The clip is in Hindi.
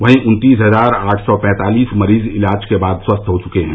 वहीं उन्तीस हजार आठ सौ पैंतालीस मरीज इलाज के बाद स्वस्थ हो चुके हैं